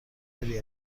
داری